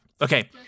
okay